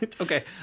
Okay